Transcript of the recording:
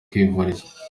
kwivuza